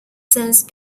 since